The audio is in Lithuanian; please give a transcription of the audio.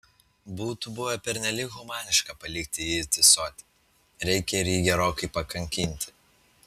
būtų buvę pernelyg humaniška palikti jį tįsoti reikia ir jį gerokai pakankinti